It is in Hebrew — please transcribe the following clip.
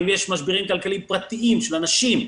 אם יש משברים כלכליים פרטיים של אנשים,